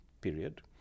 period